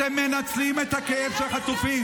אתם מנצלים את הכאב של החטופים.